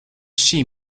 see